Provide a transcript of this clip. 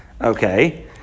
Okay